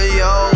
yo